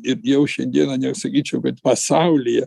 ir jau šiandieną net sakyčiau kad pasaulyje